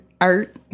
art